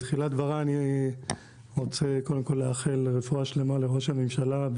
בתחילת דבריי אני רוצה קודם כל לאחל רפואה שלמה לראש הממשלה,